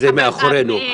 זה מאחורינו.